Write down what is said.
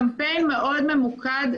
קמפיין מאוד ממוקד,